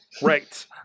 right